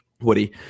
Woody